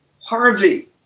Harvey